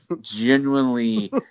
genuinely